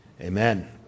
amen